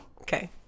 Okay